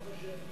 ברוך השם.